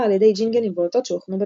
על ידי ג'ינגלים ואותות שהוכנו בתחנה.